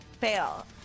Fail